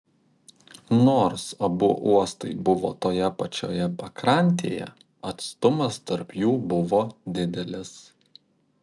nors abu uostai buvo toje pačioje pakrantėje atstumas tarp jų buvo didelis